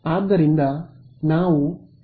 ಸರಿ